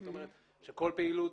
זאת אומרת שכל פעילות,